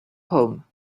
home